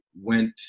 went